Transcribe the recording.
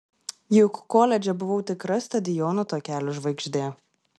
juk koledže buvau tikra stadiono takelių žvaigždė